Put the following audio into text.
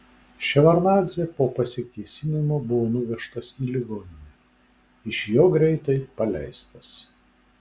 ševardnadzė po pasikėsinimo buvo nuvežtas į ligoninę iš jo greitai paleistas